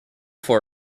for